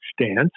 stance